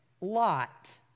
Lot